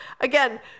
Again